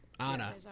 Anna